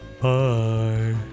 bye